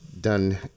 done